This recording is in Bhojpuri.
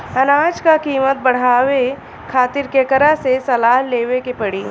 अनाज क कीमत बढ़ावे खातिर केकरा से सलाह लेवे के पड़ी?